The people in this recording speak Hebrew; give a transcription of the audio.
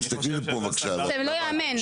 לא ייאמן.